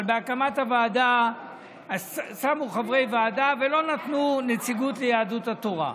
אבל בהקמת הוועדה שמו חברי ועדה ולא נתנו נציגות ליהדות התורה.